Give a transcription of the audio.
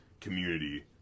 community